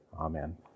Amen